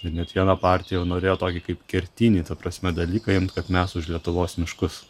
net viena partija jau norėjo tokį kaip kertinį ta prasme dalyką imt kad mes už lietuvos miškus